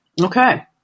Okay